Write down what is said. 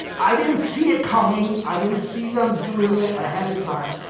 i didn't see it coming, i didn't see them doing it ahead of time.